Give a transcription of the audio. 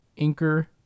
inker